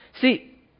See